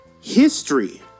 history